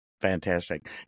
fantastic